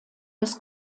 des